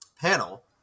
panel